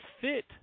fit